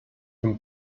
can